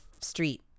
street